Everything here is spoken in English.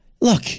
look